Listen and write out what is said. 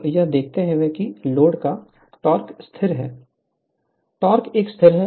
तो यह देखते हुए कि लोड का टॉर्क स्थिर है